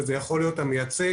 המייצג,